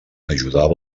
ajudava